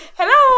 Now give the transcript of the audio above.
hello